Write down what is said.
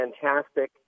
fantastic